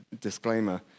disclaimer